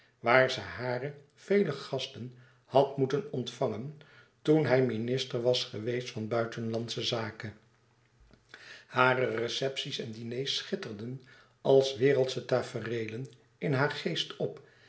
waar ze hare vele gasten had moeten ontvangen toen hij minister was geweest van buitenlandsche zaken hare recepties en diners schitterden als wereldsche tafereelen in haar geest op